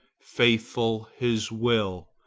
faithful his will,